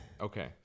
Okay